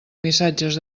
missatges